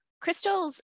crystals